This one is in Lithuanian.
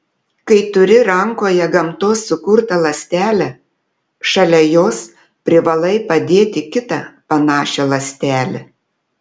kai turi rankoje gamtos sukurtą ląstelę šalia jos privalai padėti kitą panašią ląstelę